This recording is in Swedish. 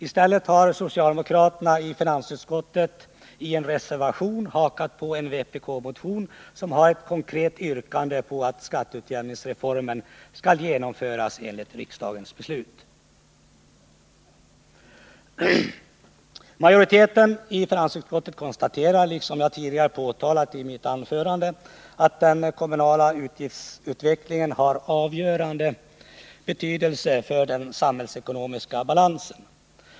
I stället har socialdemokraterna i finansutskottet i en reservation hakat på en vpk-motion, som innehåller ett konkret yrkande på att skatteutjämningsreformen skall genomföras enligt riksdagens beslut. Majoriteten i finansutskottet konstaterar, liksom jag tidigare framhållit i mitt anförande, att den kommunala utgiftsutvecklingen har avgörande betydelse för den samhällsekonomiska balansen.